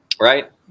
Right